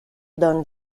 don